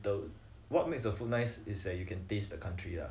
the what makes the food nice is that you can taste the country lah